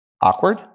Awkward